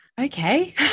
okay